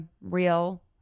real